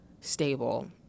stable